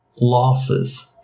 losses